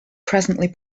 presently